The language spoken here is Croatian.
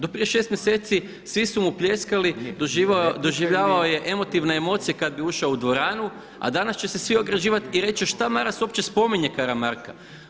Do prije 6 mjeseci svi su mu pljeskali, doživljavao je emotivne emocije kad bi ušao u dvoranu a danas će se svi ograđivati i reći šta Maras uopće spominje Karamarka?